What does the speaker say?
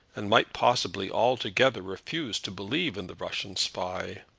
and might possibly altogether refuse to believe in the russian spy.